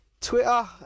Twitter